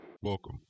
Welcome